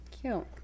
Cute